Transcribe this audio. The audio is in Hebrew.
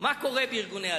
מה קורה בארגוני ההצלה.